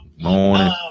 morning